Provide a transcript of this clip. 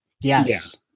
Yes